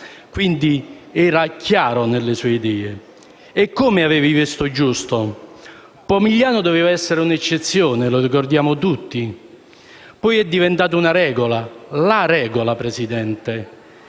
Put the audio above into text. diventava chiaro nelle sue idee). Avevi visto giusto; Pomigliano doveva essere un'eccezione, lo ricordiamo tutti, e poi è diventato una regola: la regola, Presidente.